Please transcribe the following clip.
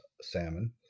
salmon